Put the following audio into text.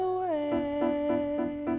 Away